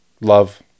love